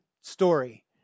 story